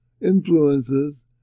influences